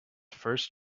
first